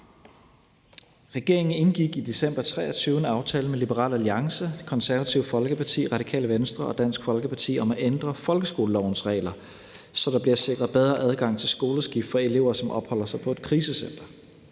Regeringen indgik i december 2023 en aftale med Liberal Alliance, Det Konservative Folkeparti, Radikale Venstre og Dansk Folkeparti om at ændre folkeskolelovens regler, så der bliver sikret bedre adgang til skoleskift for elever, som opholder sig på et krisecenter.